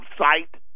site